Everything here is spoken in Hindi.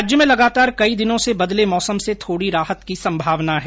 राज्य में लगातार कई दिनों से बदले मौसम से थोड़ी राहत की संभावना है